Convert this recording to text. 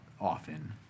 often